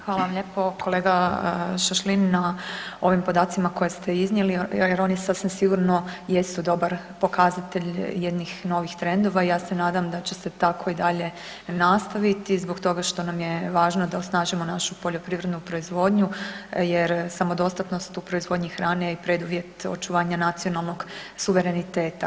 Hvala lijepo kolega Šašlin na ovim podacima koje ste iznijeli, jer oni sasvim sigurno jesu dobar pokazatelj jednih novih trendova i ja se nadam da će se tako i dalje nastaviti zbog toga što nam je važno da osnažimo našu poljoprivrednu proizvodnju jer samodostatnost u proizvodnji hrane je preduvjet očuvanja nacionalnog suvereniteta.